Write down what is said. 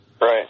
Right